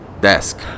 desk